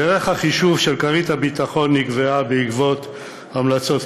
דרך החישוב של כרית הביטחון נקבעה בעקבות המלצות,